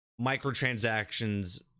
microtransactions